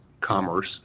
commerce